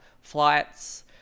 flights